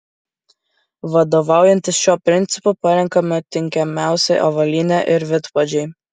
vadovaujantis šiuo principu parenkama tinkamiausia avalynė ir vidpadžiai